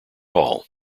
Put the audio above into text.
hall